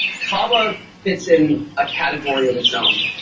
kava fits in a category of its own.